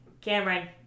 Cameron